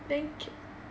then can